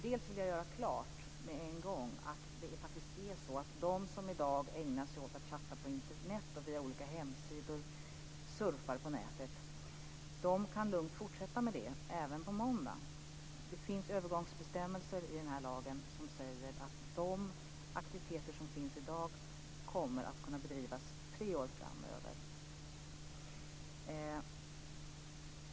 Dels vill jag med en gång göra klart att de som i dag ägnar sig åt att chatta på Internet och via olika hemsidor surfar på nätet lugnt kan fortsätta med detta även på måndag. Det finns övergångsbestämmelser i den här lagen som säger att de aktiviteter som sker i dag kommer att kunna bedrivas tre år framöver.